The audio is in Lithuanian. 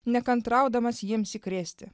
nekantraudamas jiems įkrėsti